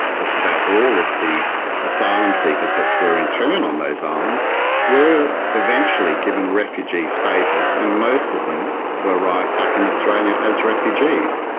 just about all of the asylum seekers that were interned on those islands were eventually given refugee status and most of them arrived back in australia as refugees.